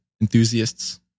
enthusiasts